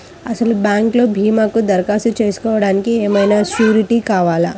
అసలు బ్యాంక్లో భీమాకు దరఖాస్తు చేసుకోవడానికి ఏమయినా సూరీటీ కావాలా?